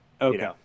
Okay